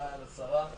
היה על השרה,